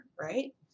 Right